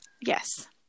yes